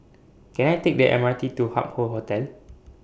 Can I Take The M R T to Hup Hoe Hotel